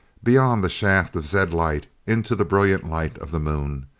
beyond the shaft of zed-light, into the brilliant light of the moon.